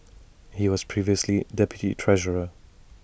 he was previously deputy treasurer